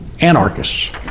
anarchists